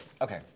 Okay